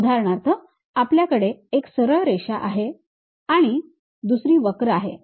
उदाहरणार्थ आपल्याकडे एक सरळ रेषा आहे आणि दुसरी वक्र आहे